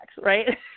right